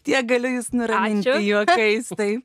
tiek galiu jus nuraminti juokais tai